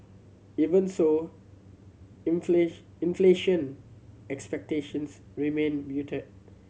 even so inflation expectations remain muted